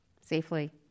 safely